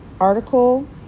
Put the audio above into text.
article